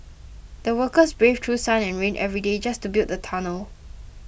the workers braved through sun and rain every day just to build the tunnel